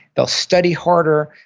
they'll study harder.